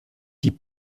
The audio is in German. die